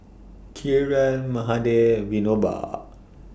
Kiran Mahade Vinoba